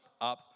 up